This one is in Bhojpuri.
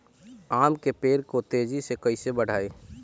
आम के पेड़ को तेजी से कईसे बढ़ाई?